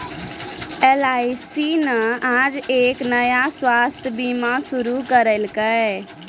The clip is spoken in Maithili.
एल.आई.सी न आज एक नया स्वास्थ्य बीमा शुरू करैलकै